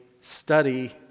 study